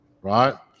Right